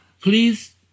please